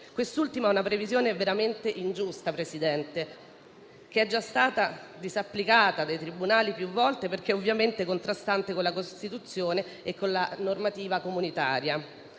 Quest'ultima è una previsione veramente ingiusta, Presidente, che è già stata disapplicata dai tribunali più volte, perché contrastante con la Costituzione e con la normativa comunitaria.